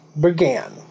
began